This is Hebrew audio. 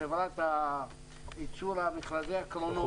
חברת ייצור מכרזי הקרונות.